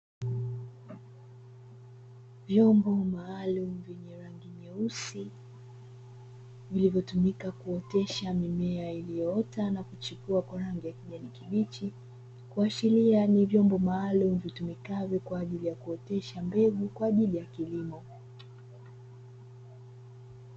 Vyombo maalumu venye rangi nyeusi vilivyotumika kuotesha mimea iliyoota na kuchipua kwa rangi ya kijani kibichi, kuashiria ni vyombo maalumu vitumikavyo kwa ajili ya kuotesha mbegu kwa ajili ya kilimo.